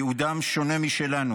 ייעודם שונה משלנו.